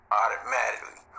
automatically